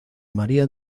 maria